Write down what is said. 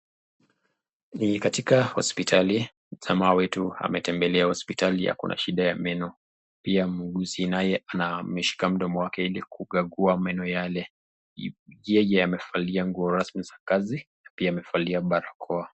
Ni katika hospitali. Mama wetu ametembelea hospitali ako na shida ya meno. Pia muuguzi naye amemshika mdomo wake ili kugagua meno yale. Yeye amevalia nguo rasmi za kazi na pia amevalia barakoa.